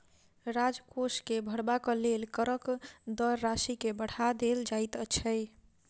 राजकोष के भरबाक लेल करक दर राशि के बढ़ा देल जाइत छै